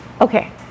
Okay